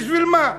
בשביל מה?